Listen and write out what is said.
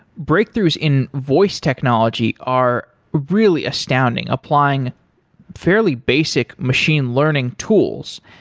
breakthroughs in voice technology are really astounding, applying fairly basic machine learning tools.